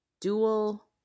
dual